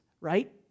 right